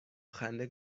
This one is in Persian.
خنده